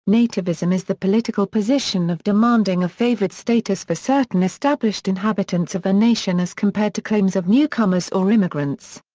nativism is the political position of demanding a favored status for certain established inhabitants of a nation as compared to claims of newcomers or immigrants.